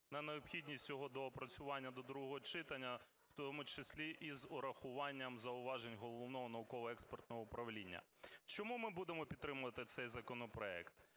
на необхідність його доопрацювання до другого читання, в тому числі із врахуванням зауважень Головного науково-експертного управління. Чому ми будемо підтримувати цей законопроект?